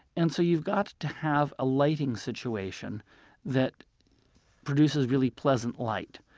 and so you've got to have a lighting situation that produces really pleasant light.